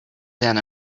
down